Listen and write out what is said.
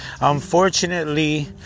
Unfortunately